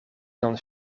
dan